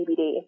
CBD